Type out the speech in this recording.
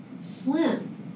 Slim